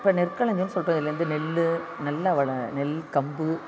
இப்போ நெற்களஞ்சியன்னு சொல்றதுலிருந்து நெல் நல்லா வள நெல் கம்பு